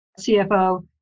CFO